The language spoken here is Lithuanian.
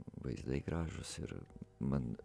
vaizdai gražūs ir man